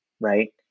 right